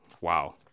Wow